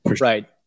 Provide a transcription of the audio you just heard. Right